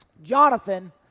Jonathan